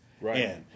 Right